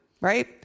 right